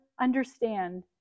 understand